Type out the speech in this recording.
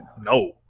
no